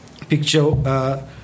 picture